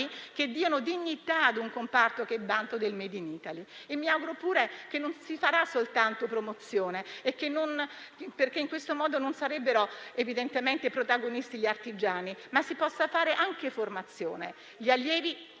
che diano dignità ad un comparto che è vanto del *made in Italy*. Mi auguro altresì che non si farà soltanto promozione, perché in questo modo non sarebbero evidentemente protagonisti gli artigiani, ma si possa fare anche formazione; gli allievi